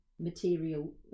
material